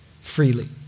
freely